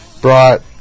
brought